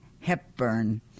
Hepburn